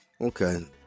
okay